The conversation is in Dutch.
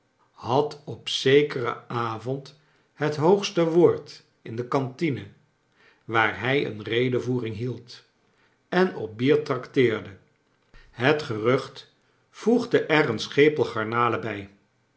had op zekeren avond het hoogste woord in de cantine waar hij een redevoering hield en op bier tract eerde het gerucht voegde er een schepel garnalen bij